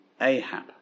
Ahab